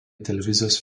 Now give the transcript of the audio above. televizijos